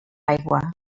aigua